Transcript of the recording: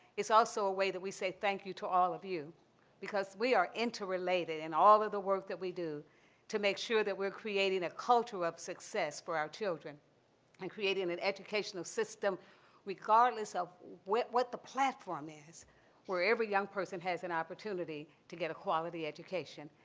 it's also a way that we say thank you to all of you because we are interrelated in all of the work that we do to make sure that we're creating a culture of success for our children and creating an educational system regardless of what the platform is where every young person has an opportunity to get a quality education.